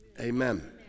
Amen